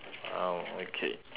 oh okay